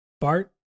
Bart